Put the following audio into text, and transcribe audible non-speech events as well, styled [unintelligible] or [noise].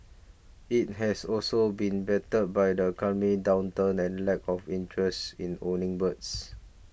it has also been battered by the [unintelligible] downturn and lack of interest in owning birds